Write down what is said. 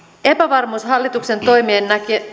epävarmuus hallituksen toimien